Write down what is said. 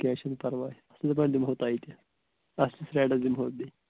کینٛہہ چھُنہٕ پَرواے اَصلٕے پَہَن دِمو تۄہہِ تہِ اَصلِس ریٹَس دِمو بے